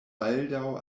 baldaŭ